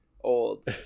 old